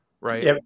Right